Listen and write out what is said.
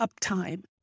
uptime